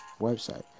website